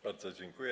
Bardzo dziękuję.